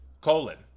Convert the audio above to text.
colon